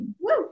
Woo